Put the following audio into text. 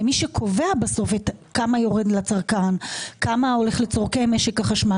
ומי שקובע בסוף כמה הולך לצרכי משק החשמל,